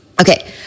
Okay